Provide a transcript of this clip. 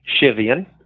Shivian